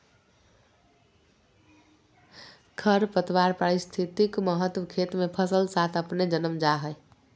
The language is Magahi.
खरपतवार पारिस्थितिक महत्व खेत मे फसल साथ अपने जन्म जा हइ